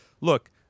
look